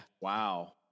wow